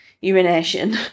urination